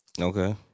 Okay